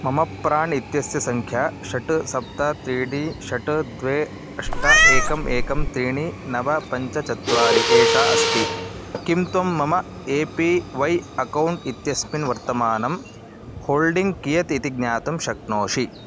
मम प्राण् इत्यस्य सङ्ख्या षट् सप्त त्रीणि षट् द्वे अष्ट एकम् एकं त्रीणि नव पञ्च चत्वारि एषा अस्ति किं त्वं मम ए पी वै अकौण्ट् इत्यस्मिन् वर्तमानं होल्डिङ्ग् कियत् इति ज्ञातुं शक्नोषि